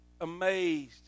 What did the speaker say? amazed